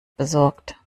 besorgt